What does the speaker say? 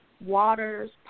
waters